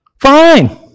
Fine